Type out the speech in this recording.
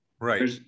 right